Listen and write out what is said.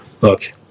look